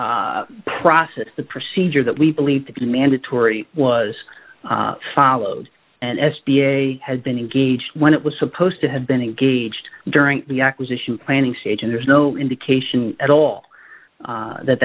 the process the procedure that we believe to be mandatory was followed and s b a has been engaged when it was supposed to have been engaged during the acquisition planning stage and there's no indication at all that that